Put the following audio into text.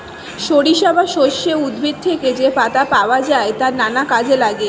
সরিষা বা সর্ষে উদ্ভিদ থেকে যে পাতা পাওয়া যায় তা নানা কাজে লাগে